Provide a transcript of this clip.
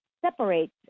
separates